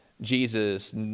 Jesus